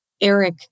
Eric